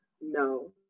No